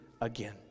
again